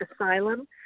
asylum